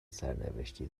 سرنوشتی